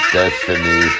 destiny